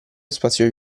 spazio